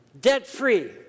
debt-free